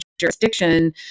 jurisdiction